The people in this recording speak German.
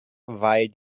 weil